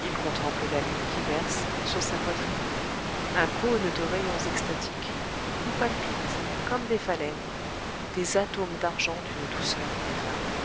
il contemple la lune qui verse sur sa poitrine un cône de rayons extatiques où palpitent comme des phalènes des atomes d'argent d'une douceur ineffable